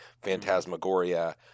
Phantasmagoria